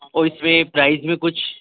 اور اِس میں پرائز میں کچھ